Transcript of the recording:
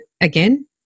again